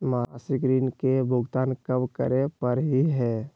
मासिक ऋण के भुगतान कब करै परही हे?